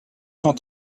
cent